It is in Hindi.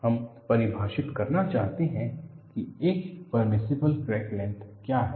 हम परिभाषित करना चाहते हैं कि एक पर्मिसिबल क्रैक लेंथ क्या है